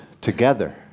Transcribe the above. together